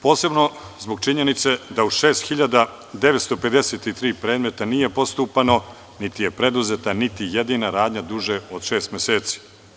Posebno zbog činjenice da u 6.953 predmeta nije postupano niti je preduzeta niti jedina radnja duže od šest meseci.